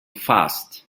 fast